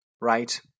Right